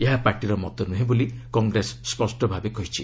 ଏହା ପାର୍ଟିର ମତ ନୁହେଁ ବୋଲି କଂଗ୍ରେସ ସ୍ୱଷ୍ଟ ଭାବେ କହିଛି